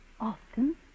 Often